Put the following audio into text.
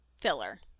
filler